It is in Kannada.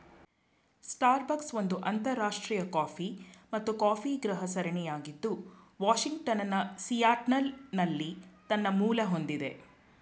ಸ್ಟಾರ್ಬಕ್ಸ್ ಒಂದು ಅಂತರರಾಷ್ಟ್ರೀಯ ಕಾಫಿ ಮತ್ತು ಕಾಫಿಗೃಹ ಸರಣಿಯಾಗಿದ್ದು ವಾಷಿಂಗ್ಟನ್ನ ಸಿಯಾಟಲ್ನಲ್ಲಿ ತನ್ನ ಮೂಲ ಹೊಂದಿದೆ